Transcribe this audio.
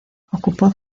ocupó